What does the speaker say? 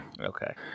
Okay